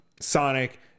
Sonic